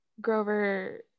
grover